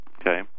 okay